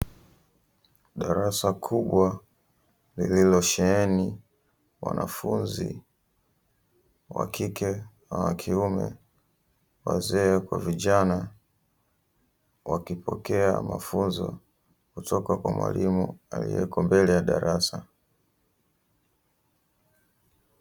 Darasa kubwa lililosheheni wanafunzi wakike na wakiume, wazee kwa vijana wakipokea mafunzo kutoka kwa mwalimu alieko mbele ya darasa.